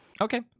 Okay